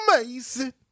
amazing